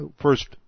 first